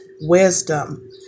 wisdom